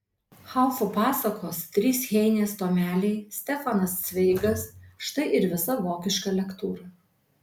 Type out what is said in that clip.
haufo pasakos trys heinės tomeliai stefanas cveigas štai ir visa vokiška lektūra